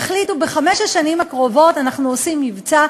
יחליטו: בחמש השנים הקרובות אנחנו עושים מבצע.